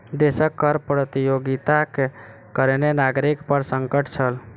देशक कर प्रतियोगिताक कारणें नागरिक पर संकट छल